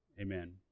amen